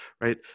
right